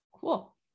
Cool